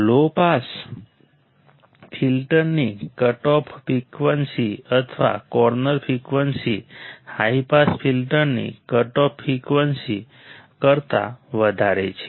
લો pass ફિલ્ટરની cutoff frequency અથવા corner frequency high pass ફિલ્ટરની કટઓફ ફ્રીક્વન્સી કરતાં વધારે છે